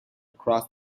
across